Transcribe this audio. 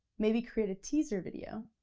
maybe create a teaser video,